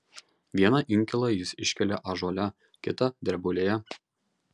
vieną inkilą jis iškelia ąžuole kitą drebulėje